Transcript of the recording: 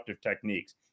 techniques